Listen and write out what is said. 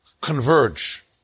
converge